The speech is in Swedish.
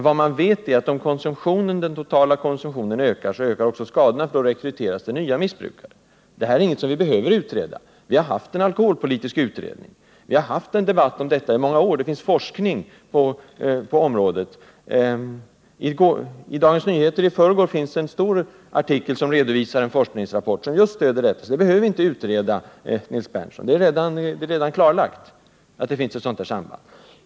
Vad man vet är att om den totala konsumtionen ökar, så ökar också skadorna — då rekryteras det nya missbrukare. Det är ingenting som vi behöver utreda. Vi har haft en alkoholpolitisk utredning, vi har fört en debatt om detta i många år och det finns forskning på området. I Dagens Nyheter fanns i förrgår en stor artikel där man redovisade en forskningsrapport som stöder just detta. Det är alltså redan klarlagt att det finns ett sådant samband, Nils Berndtson.